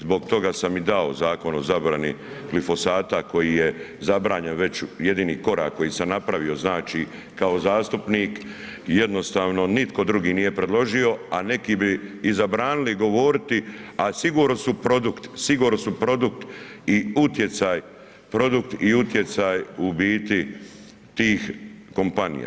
Zbog toga sam i dao Zakon o zabrani glifosata koji je zabranjen već, jedini korak koji sam napravio, znači kao zastupnik, jednostavno, nitko drugi nije predložio, a neki bi i zabranili govoriti, a sigurno su produkt i utjecaj, produkt i utjecaj u biti tih kompanija.